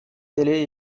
télé